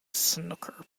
snooker